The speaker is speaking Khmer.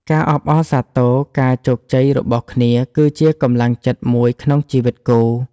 ការអបអរសាទរការជោគជ័យរបស់គ្នាគឺជាកម្លាំងចិត្តមួយក្នុងជីវិតគូ។